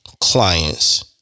clients